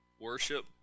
worship